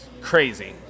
Crazy